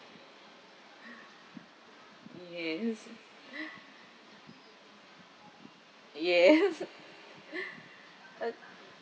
yes yes